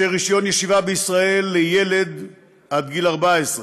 רישיון ישיבה בישראל לילד עד גיל 14,